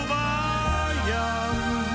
ובים.